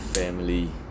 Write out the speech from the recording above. family